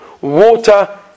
water